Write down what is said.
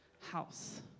house